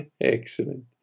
Excellent